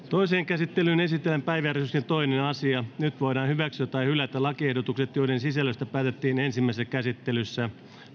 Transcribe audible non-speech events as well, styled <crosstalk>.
<unintelligible> toiseen käsittelyyn esitellään päiväjärjestyksen toinen asia nyt voidaan hyväksyä tai hylätä lakiehdotukset joiden sisällöstä päätettiin ensimmäisessä käsittelyssä